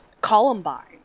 Columbine